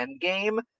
Endgame